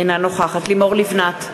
אינה נוכחת לימור לבנת,